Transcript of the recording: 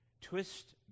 twist